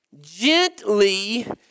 Gently